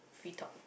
free talk